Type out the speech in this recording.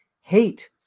hate